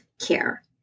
care